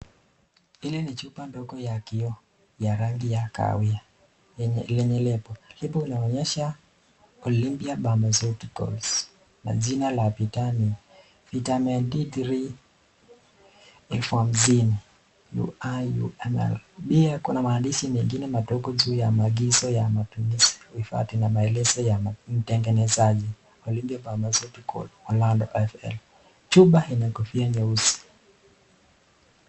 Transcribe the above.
Hili ni chupa ndogo ya kioo ya rangi ya kahawia , lenye lebo. Lebo linaonesha olompia lambezuitocoules na jina la bidhaa ni ,vitamin D 3 Elfu hasini ui ml , pia Kuna maandishi mwingine madogo juu ya maagizo ya matumizi , kuhifhadi na maelezo ya mtegenezaji olompia lambezuitocoules olando fl. Chupa Ina kofia nyeusi.